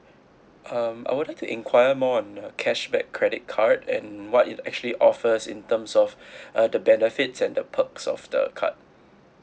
um I would like to inquire more on a cashback credit card and what it actually offers in terms of uh the benefits and the perks of the card